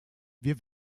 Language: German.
wir